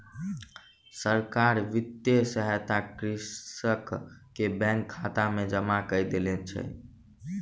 सरकार वित्तीय सहायता कृषक के बैंक खाता में जमा कय देने छै